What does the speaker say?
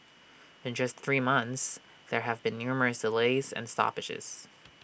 in just three months there have been numerous delays and stoppages